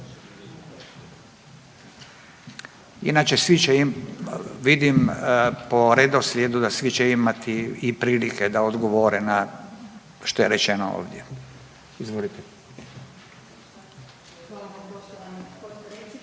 Inače svi će, vidim po redoslijedu da svi će imati i prilike da odgovore na što je rečeno ovdje. **Posavec